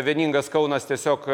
vieningas kaunas tiesiog